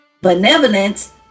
benevolence